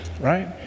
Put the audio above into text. right